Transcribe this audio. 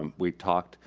um we talked,